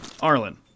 Arlen